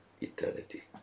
eternity